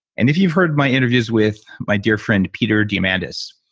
and if you've heard my interviews with my dear friend peter diamandis,